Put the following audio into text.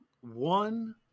one